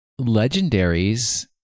legendaries